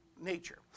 nature